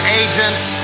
agents